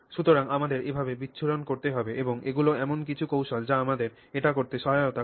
সুতরাং আমাদের এভাবে বিচ্ছুরণ করতে হবে এবং এগুলি এমন কিছু কৌশল যা আমাদের এটি করতে সহায়তা করে